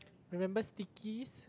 remember stickies